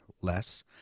less